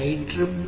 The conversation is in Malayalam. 15